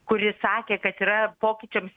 kuri sakė kad yra pokyčiams